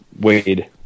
Wade